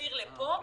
להעביר לפה,